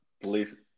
please